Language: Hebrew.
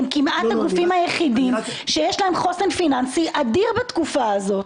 הם כמעט הגופים היחידים שיש להם חוסן פיננסי אדיר בתקופה הזאת.